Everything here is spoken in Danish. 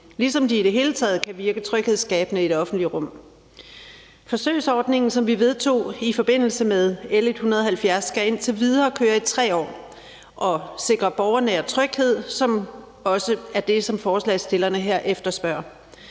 ligesom de i det hele taget kan virke tryghedsskabende i det offentlige rum. Forsøgsordningen, som vi vedtog i forbindelse med L 170, skal indtil videre kører i 3 år, og den skal sikre borgernær tryghed, hvilket også er det, som forslagsstillerne her efterspørger.